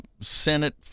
Senate